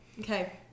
Okay